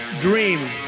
dream